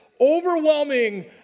overwhelming